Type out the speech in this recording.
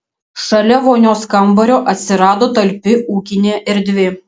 šalia vonios kambario atsirado talpi ūkinė erdvė